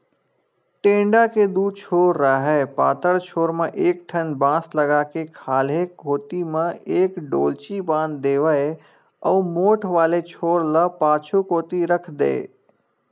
टेंड़ा के दू छोर राहय पातर छोर म एक ठन बांस लगा के खाल्हे कोती म एक डोल्ची बांध देवय अउ मोठ वाले छोर ल पाछू कोती रख देय